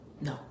No